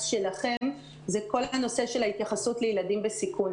שלכם זה כל הנושא של התייחסות לילדים בסיכון,